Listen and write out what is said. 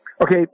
Okay